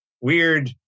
weird